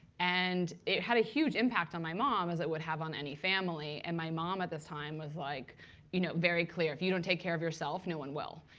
and it had a huge impact on my mom, as it would have on any family. and my mom at the time was like you know very clear. if you don't take care of yourself, no one will.